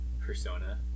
persona